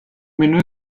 menú